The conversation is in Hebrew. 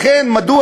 מדוע